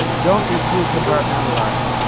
don't be too compartmentalized.